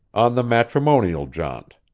on the matrimonial jaunt,